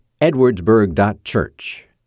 edwardsburg.church